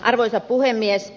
arvoisa puhemies